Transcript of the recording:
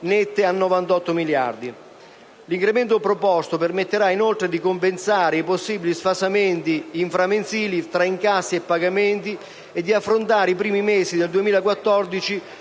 nette a 98 miliardi. L'incremento proposto permetterà, inoltre, di compensare i possibili sfasamenti inframensili fra incassi e pagamenti e di affrontare i primi mesi del 2014